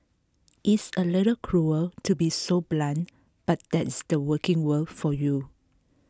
it's a little cruel to be so blunt but that's the working world for you